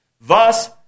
Thus